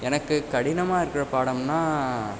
எனக்கு கடினமாக இருக்கிற பாடம்னால்